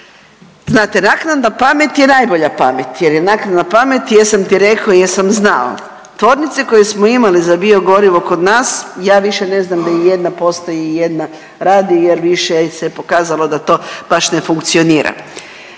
znate naknadna pamet je najbolja pamet jer je naknadna pamet jesam ti rekao jesam znao. Tvornice koje smo imali za biogorivo kod nas ja više ne znam da i jedna postoji i jedna radi jer više se pokazalo da to baš ne funkcionira.